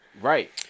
Right